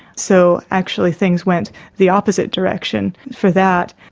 so actually things went the opposite direction for that.